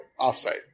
offsite